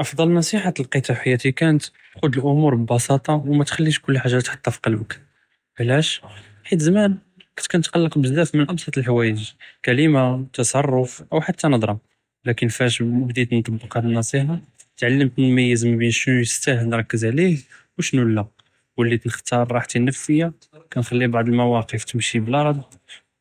אפטל נְסִיחָה לִקִיתא פי חייאתי קָאנַת, חֻوذ אלאמוּר בִּבסיטה, ו מא תְתַחְליש קול חאג'ה תחוטה פי לֵבּכּ, עלאשו? חית זמן כנת כִתְקַלַּק בזאף מן אבסַט אלחַוָאג', קלמה תַסְרַף ו חתה נֻזְרָה, ولكין מלי בּדֵית נתטַבֵּק נְסִיחָה וַלִית כִּן מִנְמִיז בין שנו יסתאחַל נרכּז עליו ו שנו לא, וַלִית כִּן תִכְתַאר רַחתי אלנפסיה ו